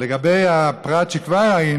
לגבי הפרט שכבר ראינו,